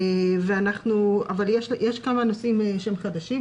אבל יש כמה נושאים חדשים,